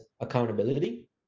accountability